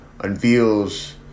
unveils